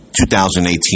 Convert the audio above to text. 2018